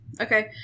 Okay